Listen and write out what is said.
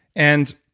and